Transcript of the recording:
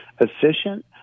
efficient